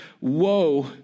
Woe